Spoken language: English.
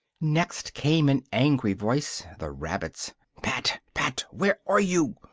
next came an angry voice the rabbit's pat, pat! where are you?